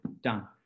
Done